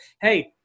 Hey